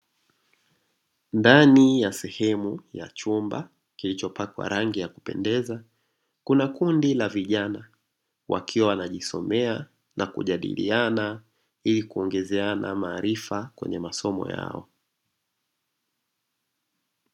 Ndani ya sehemu ya chumba kilichopakwa rangi ya kupendeza, kuna kundi la vijana wakiwa wanajisomea na kujadiliana ili kuongezeana maarifa kwenye masomo yao.